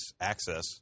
access